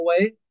away